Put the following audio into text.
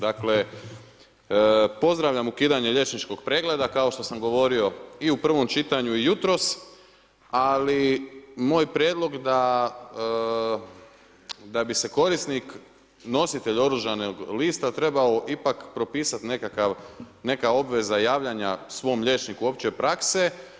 Dakle, pozdravljam ukidanje liječničkog pregleda kao što sam govorio i u prvom čitanju i jutros, ali moj prijedlog da bi se korisnik, nosite oružanog lista trebao ipak propisat nekakav, neka obveza javljanja svom liječniku opće prakse.